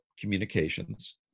communications